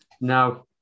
Now